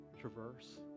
traverse